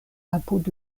apud